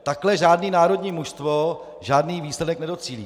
Takto žádné národní mužstvo žádný výsledek nedocílí.